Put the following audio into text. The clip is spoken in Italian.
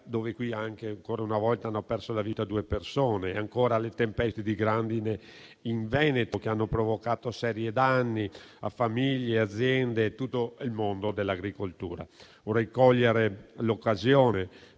dove ancora una volta hanno perso la vita due persone, e le tempeste di grandine in Veneto, che hanno provocato seri anni a famiglie, aziende e a tutto il mondo dell'agricoltura. Vorrei cogliere l'occasione